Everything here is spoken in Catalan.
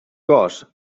cos